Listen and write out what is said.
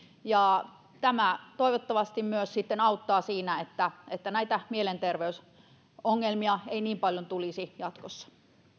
tämä toivottavasti myös sitten auttaa siinä että että näitä mielenterveysongelmia ei niin paljon tulisi jatkossa